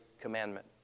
commandment